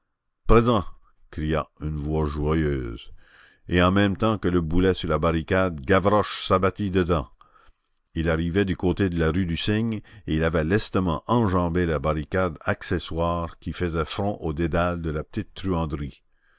éclata présent cria une voix joyeuse et en même temps que le boulet sur la barricade gavroche s'abattit dedans il arrivait du côté de la rue du cygne et il avait lestement enjambé la barricade accessoire qui faisait front au dédale de la